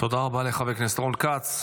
תודה רבה לחבר הכנסת רון כץ.